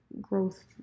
growth